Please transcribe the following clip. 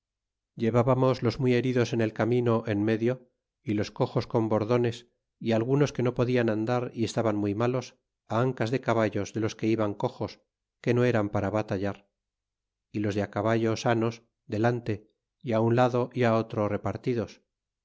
llevábamos los muy heridos en cl camino ere medio y los coxos con bordones y algunos que no podían andar y estaban muy malos ancas de caballos de los que iban coxos que no eran para batallar y los de á caballo sanos delante y á un lado y otro repartidos